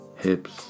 Hips